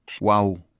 Wow